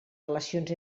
relacions